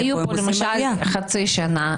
הם היו פה למשל חצי שנה,